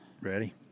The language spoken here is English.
ready